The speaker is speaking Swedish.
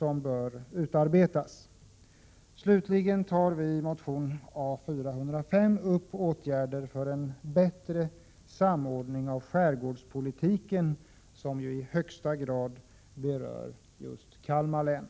Vidare begär vi i centern i motion A405 åtgärder för en bättre samordning av skärgårdspolitiken, som ju i högsta grad berör just Kalmar län.